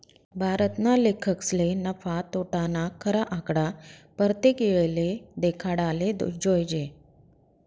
भारतना लेखकसले नफा, तोटाना खरा आकडा परतेक येळले देखाडाले जोयजे